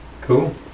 Cool